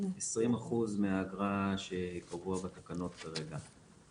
20% מהאגרה שקבוע בתקנות כרגע.